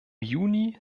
juni